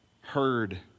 heard